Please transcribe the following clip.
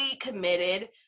committed